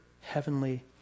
heavenly